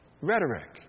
rhetoric